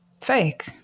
fake